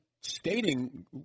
stating